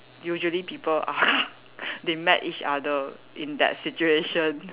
usually people are they met each other in that situation